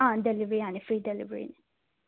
ꯑꯥ delivery ꯌꯥꯅꯤ free ꯗꯦꯂꯤꯕ꯭ꯔꯤꯅꯤ